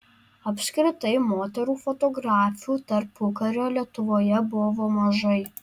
apskritai moterų fotografių tarpukario lietuvoje buvo mažai